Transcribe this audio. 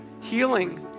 healing